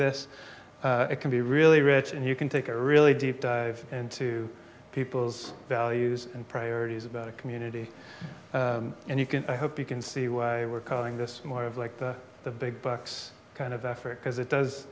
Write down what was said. this it can be really rich and you can take a really deep dive into people's values and priorities about a community and you can i hope you can see why we're calling this more of like the big bucks kind of effort because it does